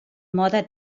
mode